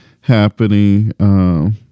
happening